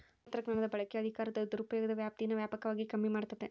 ತಂತ್ರಜ್ಞಾನದ ಬಳಕೆಯು ಅಧಿಕಾರದ ದುರುಪಯೋಗದ ವ್ಯಾಪ್ತೀನಾ ವ್ಯಾಪಕವಾಗಿ ಕಮ್ಮಿ ಮಾಡ್ತತೆ